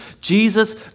Jesus